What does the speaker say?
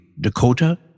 Dakota